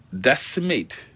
decimate